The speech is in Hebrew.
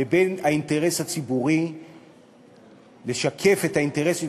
לבין האינטרס הציבורי לשקף את האינטרסים